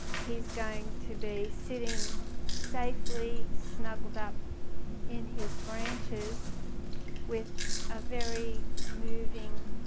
he's going to be sitting safely snuggled up in his branches with a very moving,